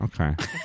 Okay